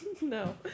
No